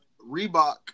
Reebok